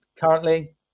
currently